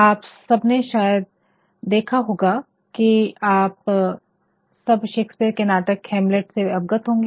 आप सबने शायद देखा होगा कि आप सब शकेस्पेअर के नाटक हैमलेट से अवगत होंगे